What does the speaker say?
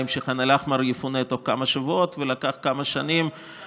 שח'אן אל-אחמר יפונה בתוך כמה שבועות ולקח כמה שנים,